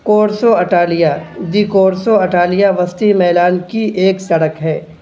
کورسو Italia دی Corso Italia وسطی Milan کی ایک سڑک ہے